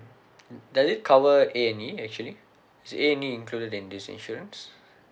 mm does it cover A&E actually is A&E included in this insurance